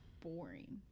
boring